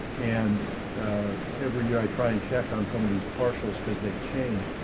and every year i try and check on some of these partials, because they change.